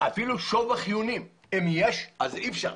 אפילו שובך יונים אם יש, אי אפשר.